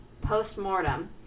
post-mortem